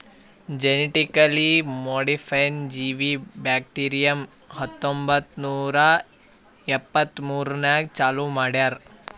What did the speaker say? genetically modified ಜೀವಿ bacterium ಹತ್ತೊಂಬತ್ತು ನೂರಾ ಎಪ್ಪತ್ಮೂರನಾಗ್ ಚಾಲೂ ಮಾಡ್ಯಾರ್